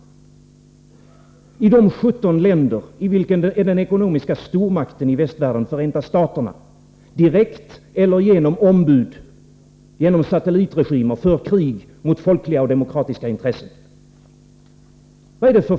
Vad är det för frihet denna transnationalisering och dessa finansiella imperier står för i de 17 länder i vilka den ekonomiska stormakten i världen, Förenta staterna, direkt eller genom ombud i form av satellitregimer för krig mot folkliga och demokratiska intressen?